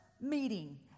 meeting